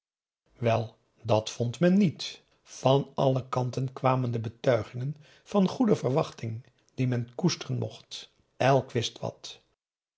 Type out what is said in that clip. wel dat vond men niet van alle kanten kwamen de betuigingen van goede verwachting die men koesteren mocht elk wist wat